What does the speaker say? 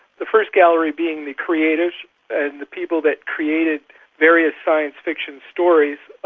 the first gallery being the creatives and the people that created various science fiction stories,